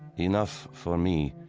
enough for me,